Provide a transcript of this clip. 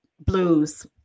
blues